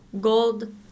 gold